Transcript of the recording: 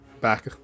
back